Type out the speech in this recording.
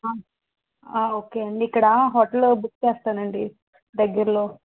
okay అండి ఇక్కడ హోటల్లో బుక్ చేస్తానండి దగ్గర్లో